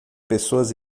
pessoas